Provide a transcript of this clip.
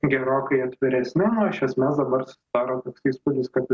gerokai atviresni nu iš esmės dabar susidaro toks įspūdis kad